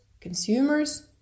consumers